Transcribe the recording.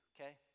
Okay